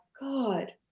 God